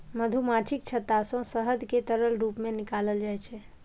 मधुमाछीक छत्ता सं शहद कें तरल रूप मे निकालल जाइ छै